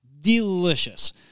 Delicious